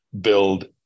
build